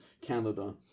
Canada